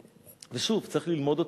ושוב, צריך ללמוד אותם.